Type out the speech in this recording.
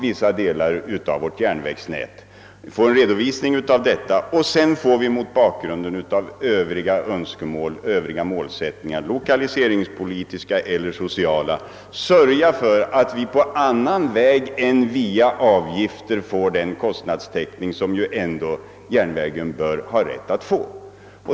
Vi bör alltså erhålla en redovisning av allt detta, och därefter har vi att mot bakgrunden av målsättningarna på t.ex. det lokaliseringspolitiska eller det sociala området sörja för att SJ på annat sätt än via avgifter får den kostnadstäckning som man ändå bör ha rätt till.